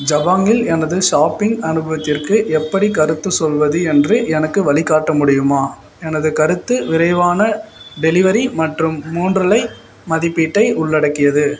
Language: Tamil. ஜபாங்கில் எனது ஷாப்பிங் அனுபவத்திற்கு எப்படி கருத்து சொல்வது என்று எனக்கு வழிகாட்ட முடியுமா எனது கருத்து விரைவான டெலிவரி மற்றும் மூன்றலை மதிப்பீட்டை உள்ளடக்கியது